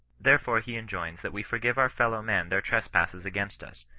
therefore he enjoins that we forgive our fellow men their trespasses against us,